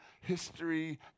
history